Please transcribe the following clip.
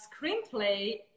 screenplay